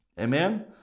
amen